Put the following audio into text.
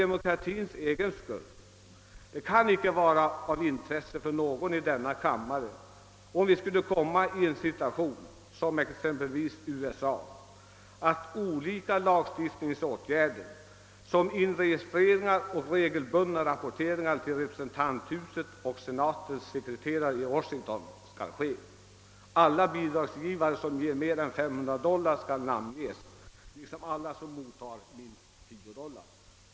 Det kan icke vara av intresse för någon i denna kammare, om vi skulle komma i en sådan situation som exempelvis USA att olika lagstiftningsåtgärder såsom inregistreringar och regelbundna rapporteringar till representanthuset och senatens sekreterare i Washington skall ske. Alla bidragsgivare som ger mer än 500 dollar skall namnges liksom alla som mottar minst 10 dollar.